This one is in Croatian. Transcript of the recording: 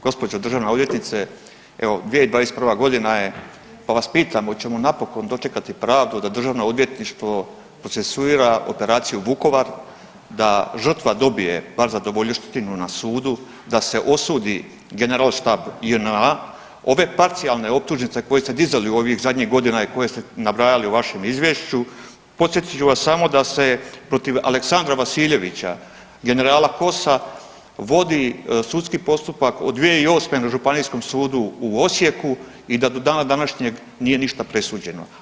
Gospođo državna odvjetnice, evo 2021. godina je pa vas pitam hoćemo napokon dočekati pravdu da državno odvjetništvo procesuira operaciju Vukovar, da žrtva dobije bar zadovoljštinu na sudu, da se osudi generalštab JNA, ove parcijalne optužnice koje ste dizali u ovih zadnjih godina i koje ste nabrajali u vašem izvješću podsjetit ću vas samo da se protiv Aleksandra Vasiljevića generala KOS-a vodi sudski postupak od 2008. na Županijskom sudu u Osijeku i da do dana današnjeg nije ništa presuđeno.